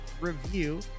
review